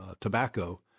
tobacco